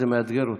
זה מאתגר אותי.